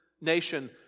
nation